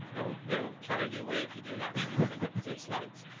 l they'll carry you away if you do that more than like two slides,